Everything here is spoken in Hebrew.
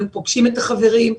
היו פוגשים את החברים,